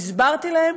והסברתי להם